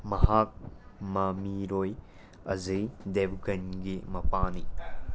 ꯃꯍꯥꯛ ꯃꯃꯤꯔꯣꯏ ꯑꯖꯩ ꯗꯦꯕꯒꯟꯒꯤ ꯃꯄꯥꯅꯤ